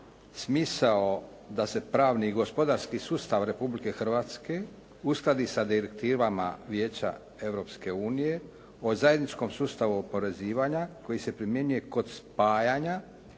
smisao da se pravni i gospodarski sustav Republike Hrvatske uskladi sa direktivama Vijeća Europske unije o zajedničkom sustavu oporezivanja koji se primjenjuje kod spajanja,